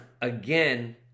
again